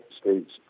States